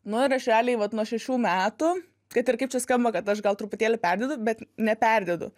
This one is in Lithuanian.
nu ir aš realiai vat nuo šešių metų kad ir kaip čia skamba kad aš gal truputėlį perdedu bet neperdedu